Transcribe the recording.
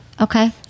Okay